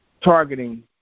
Targeting